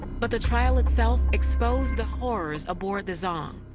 but the trial itself exposed the horrors aboard the zong,